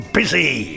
busy